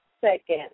second